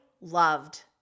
loved